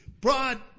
Broad